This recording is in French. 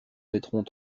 naîtront